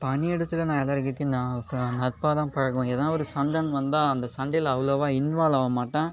பணியிடத்தில் நான் எல்லார்கிட்டையும் நான் நட்பாக தான் பழகுவேன் ஏதாவது ஒரு சண்டைன்னு வந்தால் அந்த சண்டையில் அவ்வளவா இன்வால்வ் ஆகமாட்டேன்